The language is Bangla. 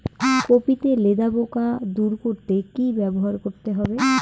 কপি তে লেদা পোকা দূর করতে কি ব্যবহার করতে হবে?